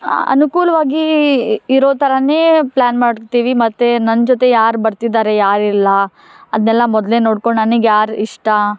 ಅನುಕೂಲವಾಗಿ ಇರೊ ಥರವೇ ಪ್ಲ್ಯಾನ್ ಮಾಡ್ತೀವಿ ಮತ್ತು ನನ್ನ ಜೊತೆ ಯಾರು ಬರ್ತಿದ್ದಾರೆ ಯಾರಿಲ್ಲ ಅದನ್ನೆಲ್ಲ ಮೊದಲೇ ನೋಡ್ಕೊಂಡು ನನಿಗ್ಯಾರು ಇಷ್ಟ